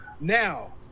Now